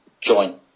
joint